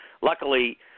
Luckily